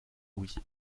louis